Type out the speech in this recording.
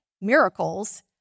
miracles